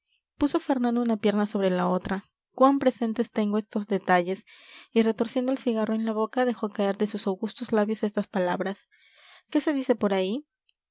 puso fernando una pierna sobre la otra cuán presentes tengo estos detalles y retorciendo el cigarro en la boca dejó caer de sus augustos labios estas palabras qué se dice por ahí